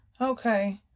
Okay